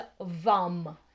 VAM